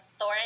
Thorin